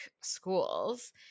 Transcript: schools